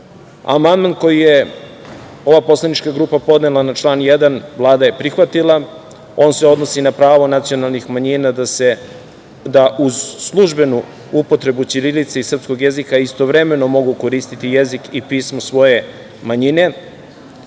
Amandman koji je ova poslanička grupa podnela na član 1. Vlada je prihvatila, on se odnosi na pravo nacionalnih manjina da uz službenu upotrebu ćirilice i srpskog jezika istovremeno mogu koristiti jezik i pismo svoje manjine.